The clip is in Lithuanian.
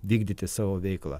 vykdyti savo veiklą